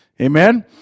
Amen